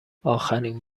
آخرین